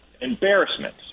embarrassment